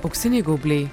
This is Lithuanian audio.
auksiniai gaubliai